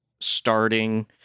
starting